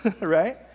right